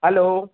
hello